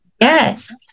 yes